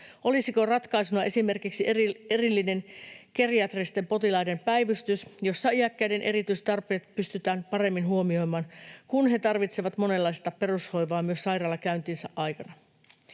Olisiko ratkaisuna esimerkiksi erillinen geriatristen potilaiden päivystys, jossa iäkkäiden erityistarpeet pystytään paremmin huomioimaan, kun he tarvitsevat monenlaista perushoivaa myös sairaalakäyntinsä aikana?